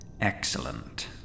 Excellent